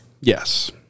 Yes